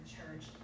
Church